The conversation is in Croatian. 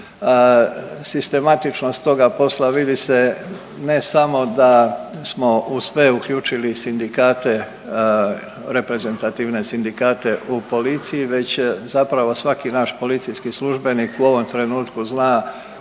Sistematičnost toga posla vidi se ne samo da smo u sve uključili i sindikate, reprezentativne sindikate u policiji već zapravo svaki naš policijski službenik u ovom trenutku zna